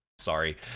Sorry